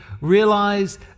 realize